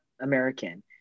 american